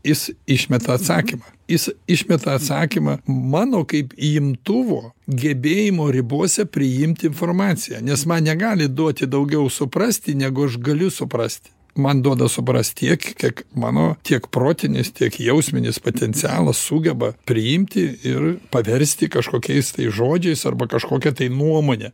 jis išmeta atsakymą jis išmeta atsakymą mano kaip imtuvo gebėjimo ribose priimt informaciją nes man negali duoti daugiau suprasti negu aš galiu suprasti man duoda suprast tiek kiek mano tiek protinis tiek jausminis potencialas sugeba priimti ir paversti kažkokiais žodžiais arba kažkokia tai nuomone